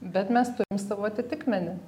bet mes turim savo atitikmenį